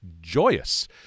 joyous